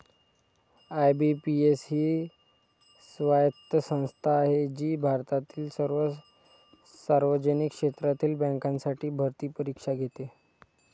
IBPS ही स्वायत्त संस्था आहे जी भारतातील सर्व सार्वजनिक क्षेत्रातील बँकांसाठी भरती परीक्षा घेते